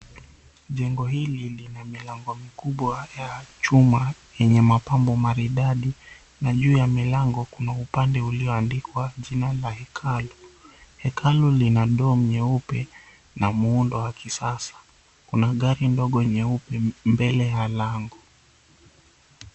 Jengo hili lina milango mikubwa ya chuma yenye mapambo maridadi na juu ya milango kuna upande uliyoandikwa jina la hekalu, hekalu lina dome nyeupe na muundo wa kisasa kuna gari dogo nyeupe mbele ya lango.